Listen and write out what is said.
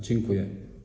Dziękuję.